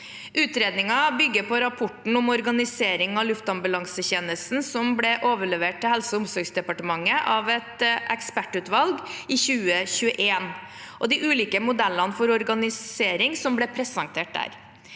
Utredningen bygger på rapporten om organisering av luftambulansetjenesten som ble overlevert til Helse- og omsorgsdepartementet av et ekspertutvalg i 2021, og de ulike modellene for organisering som ble presentert der.